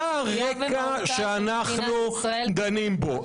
מה הרקע שאנחנו דנים בו?